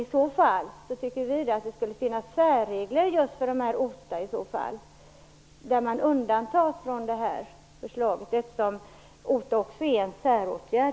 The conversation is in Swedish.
I så fall tycker vi att det skulle finnas särregler för just OTA, där man undantar från detta, eftersom OTA också är en säråtgärd.